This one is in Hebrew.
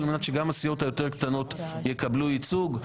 על מנת שגם הסיעות היותר-קטנות יקבלו ייצוג?